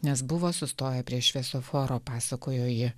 nes buvo sustoję prie šviesoforo pasakojo ji